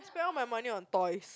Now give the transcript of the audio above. spend all my money on toys